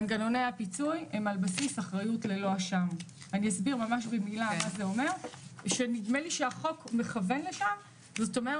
שמנגנוני הפיצוי הם על בסיס אחריות ללא אשם ונדמה לי שהחוק מכוון לשם.